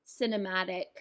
cinematic